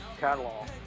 catalog